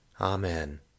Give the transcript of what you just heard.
Amen